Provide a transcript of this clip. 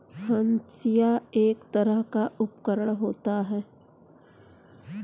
हंसिआ एक तरह का उपकरण होता है